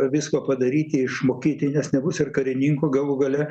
visko padaryti išmokyti nes nebus ir karininkų galų gale